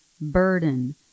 burden